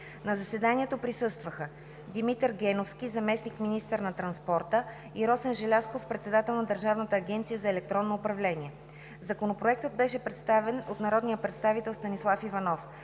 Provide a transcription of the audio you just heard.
На заседанието присъстваха Димитър Геновски – заместник-министър на транспорта и Росен Желязков – председател на Държавната агенция за електронно управление. Законопроектът беше представен от народния представител Станислав Иванов.